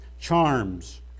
Charms